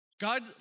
God